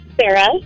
Sarah